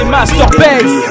Masterpiece